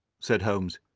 said holmes.